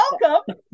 welcome